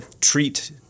treat